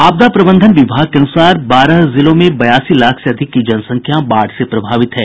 आपदा प्रबंधन विभाग के अनुसार बाहर जिलों में बयासी लाख से अधिक की जनसंख्या बाढ़ से प्रभावित है